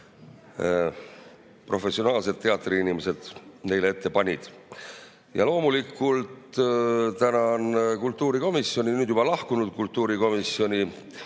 professionaalsed teatriinimesed neile ette panid. Loomulikult tänan kultuurikomisjoni, nüüd juba lahkunud kultuurikomisjoni,